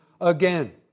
again